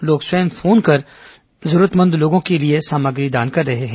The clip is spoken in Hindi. लोग स्वयं फोन कर जरूरतमंद लोगों के लिए सामग्री दान कर रहे हैं